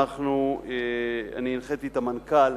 אני הנחיתי את המנכ"ל